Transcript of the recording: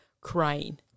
crying